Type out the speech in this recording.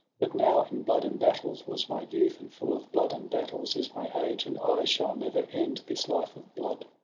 but now in blood and battles was my youth, and full of blood and battles is my age. and i shall never end this life of blood